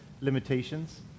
limitations